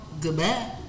Goodbye